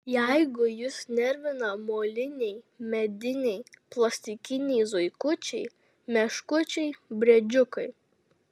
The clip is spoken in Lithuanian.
jeigu jus nervina moliniai mediniai plastikiniai zuikučiai meškučiai briedžiukai